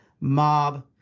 mob